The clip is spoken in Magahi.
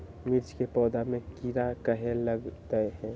मिर्च के पौधा में किरा कहे लगतहै?